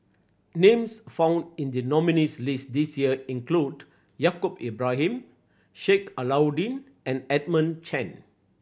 names found in the nominees' list this year include Yaacob Ibrahim Sheik Alau'ddin and Edmund Chen